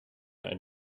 einen